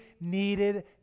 needed